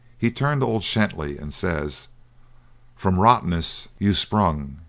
he turns to old shenty, and says from rottenness you sprung,